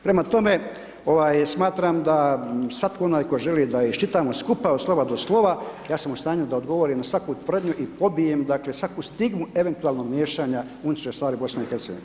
Prema tome, ovaj smatram da svatko onaj ko želi da iščitamo skupa od slova do slova, ja sam u stanju da odgovorim na svaku tvrdnju i pobijem dakle svaku stigmu eventualnog miješanja u unutarnje stvari BiH.